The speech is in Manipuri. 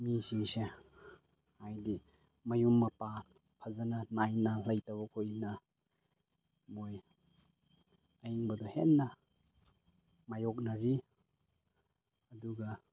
ꯃꯤꯁꯤꯡꯁꯦ ꯍꯥꯏꯗꯤ ꯃꯌꯨꯝ ꯃꯄꯥ ꯐꯖꯅ ꯅꯥꯏꯅ ꯂꯩꯇꯕ ꯃꯈꯣꯏꯁꯤꯅ ꯃꯣꯏ ꯑꯏꯪꯕꯗ ꯍꯦꯟꯅ ꯃꯥꯏꯌꯦꯛꯅꯔꯤ ꯑꯗꯨꯒ